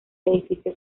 edificio